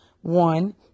One